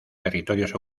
territorios